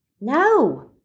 No